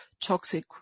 toxic